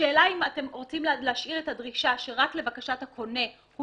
השאלה אם אתם רוצים שרק לבקשת הקונה הוא